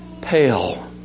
pale